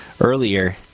earlier